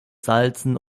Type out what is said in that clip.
salzen